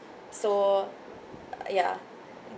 so ya